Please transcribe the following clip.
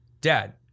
Dad